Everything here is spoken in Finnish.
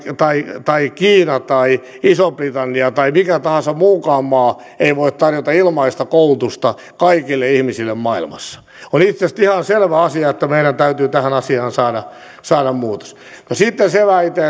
tai tai kiina tai iso britannia tai mikä tahansa muukaan maa ei voi tarjota ilmaista koulutusta kaikille ihmisille maailmassa on itse asiassa ihan selvä asia että meidän täytyy tähän asiaan saada saada muutos no sitten se väite